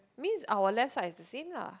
means our left side is the same lah